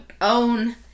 own